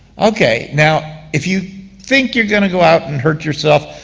okay, now, if you think you're going to go out and hurt yourself,